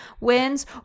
wins